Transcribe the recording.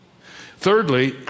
Thirdly